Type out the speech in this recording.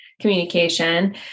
communication